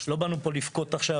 לא באנו פה לבכות עכשיו,